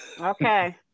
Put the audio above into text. Okay